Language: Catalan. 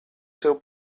seu